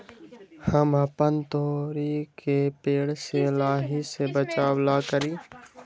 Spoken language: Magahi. हम अपना तोरी के पेड़ के लाही से बचाव ला का करी?